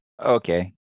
Okay